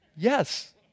Yes